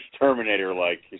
Terminator-like